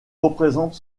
représente